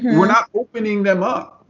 we're not opening them up.